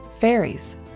Fairies